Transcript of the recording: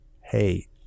hey